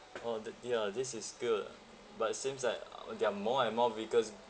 all that ya this is good ah but it seems like uh there are more and more vehicles